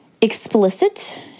explicit